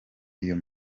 iyo